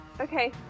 Okay